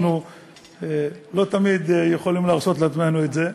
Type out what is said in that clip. אנחנו לא תמיד יכולים להרשות לעצמנו את זה,